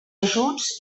ajuts